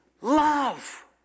Love